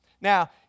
Now